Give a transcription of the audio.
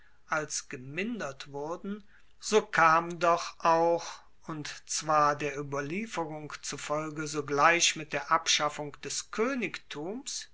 als gemindert wurden so kam doch auch und zwar der ueberlieferung zufolge sogleich mit der abschaffung des koenigtums